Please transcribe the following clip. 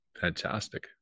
fantastic